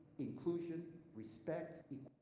inclusion, respect,